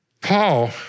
Paul